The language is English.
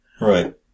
Right